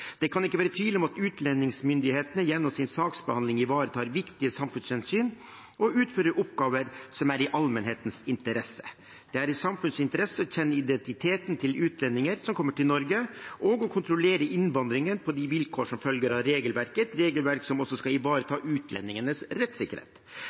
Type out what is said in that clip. Det kan ikke være tvil om at utlendingsmyndighetene gjennom sin saksbehandling ivaretar viktige samfunnshensyn og utfører oppgaver som er i allmennhetens interesse. Det er i samfunnets interesse å kjenne identiteten til utlendinger som kommer til Norge, og å kontrollere innvandringen på de vilkår som følger av regelverket, et regelverk som også skal